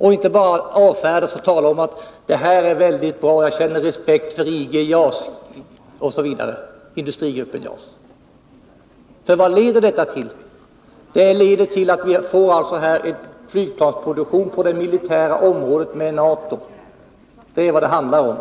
Han bara avfärdar det och talar om att det här är väldigt bra, och att han känner respekt för IG JAS osv. För vad leder detta till? Det leder till att vi får en flygplansproduktion på det militära området med NATO. Det är vad det handlar om.